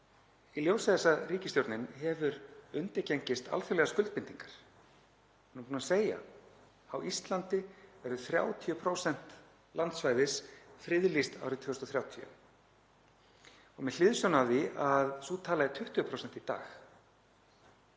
Í ljósi þess að ríkisstjórnin hefur undirgengist alþjóðlegar skuldbindingar — hún er búin að segja að á Íslandi verði 30% landsvæðis friðlýst árið 2030 — og með hliðsjón af því að sú tala er 20% í dag,